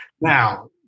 Now